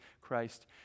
Christ